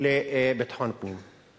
לביטחון הפנים.